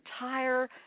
entire